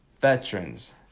Veterans